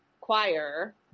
choir